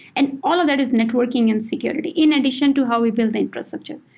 and all of that is networking and security in addition to how we build the infrastructure.